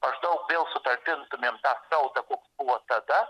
maždaug vėl sutalpintumėm tą srautą koks buvo tada